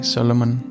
Solomon